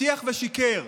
הבטיח ושיקר: